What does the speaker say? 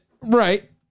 Right